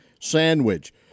sandwich